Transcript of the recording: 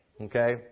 okay